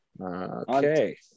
Okay